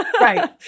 Right